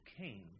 came